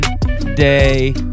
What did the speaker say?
day